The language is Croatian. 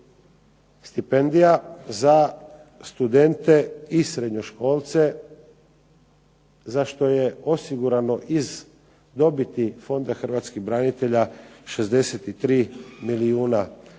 stipendija za studente i srednjoškolce za što je osigurano iz dobiti Fonda hrvatskih branitelja 63 milijuna kuna.